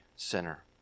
sinner